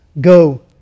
go